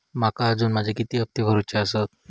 माका अजून माझे किती हप्ते भरूचे आसत?